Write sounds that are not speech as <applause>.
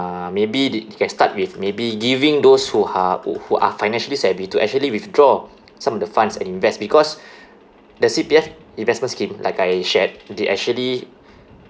maybe the~ they can start with maybe giving those who are who who are financially savvy to actually withdraw some of the funds and invest because <breath> the C_P_F investment scheme like I shared they actually